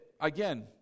Again